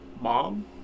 mom